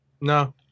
No